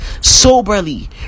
soberly